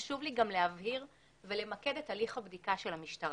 חשוב לי להבהיר ולמקד את הליך הבדיקה של המשטרה.